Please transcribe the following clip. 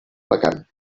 vacant